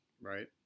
Right